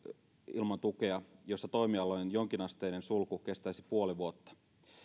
ilman tukea tilanteesta jossa toimialojen jonkinasteinen sulku kestäisi puoli vuotta